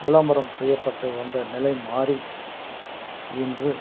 விளம்பரம் செய்யப்பட்டு வந்த நிலை மாறி இன்று